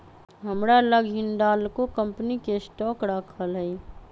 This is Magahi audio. हमरा लग हिंडालको कंपनी के स्टॉक राखल हइ